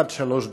עד שלוש דקות.